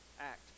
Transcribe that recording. act